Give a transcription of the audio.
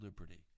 liberty